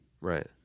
right